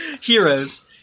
Heroes